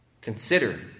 Consider